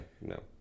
no